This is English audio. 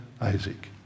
Isaac